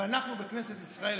אבל אנחנו בכנסת ישראל,